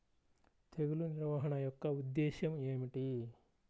తెగులు నిర్వహణ యొక్క ఉద్దేశం ఏమిటి?